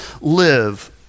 live